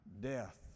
death